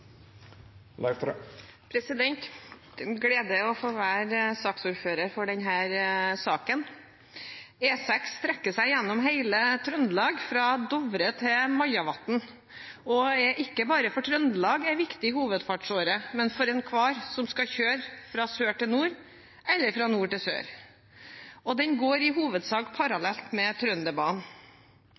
en glede å få være saksordfører for denne saken. E6 strekker seg gjennom hele Trøndelag, fra Dovre til Majavatn, og er ikke bare en viktig hovedferdselsåre for Trøndelag, men for enhver som skal kjøre fra sør til nord, eller fra nord til sør. Den går i hovedsak parallelt med